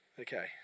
Okay